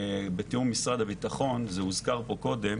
בתור משרד הביטחון זה נזכר כאן קודם